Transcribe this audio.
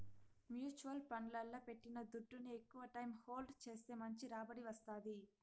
mutual ఫండ్లల్ల పెట్టిన దుడ్డుని ఎక్కవ టైం హోల్డ్ చేస్తే మంచి రాబడి వస్తాది